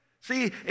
See